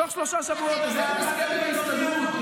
תוך שלושה שבועות הבאנו הסכם עם ההסתדרות,